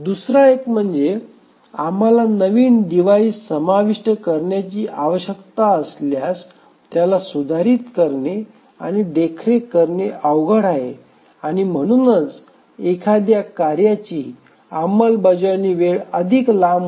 दुसरा एक म्हणजे आम्हाला नवीन डिव्हाइस समाविष्ट करण्याची आवश्यकता असल्यास त्याला सुधारित करणे आणि देखरेख करणे अवघड आहे आणि म्हणूनच एखाद्या कार्याची अंमलबजावणी वेळ अधिक लांब होते